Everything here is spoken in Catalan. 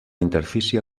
interfície